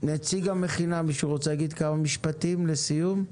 מישהו מנציגי המכינה רוצה להגיד כמה משפטים לסיום?